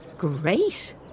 Great